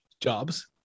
jobs